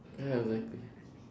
ya exactly